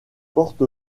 porte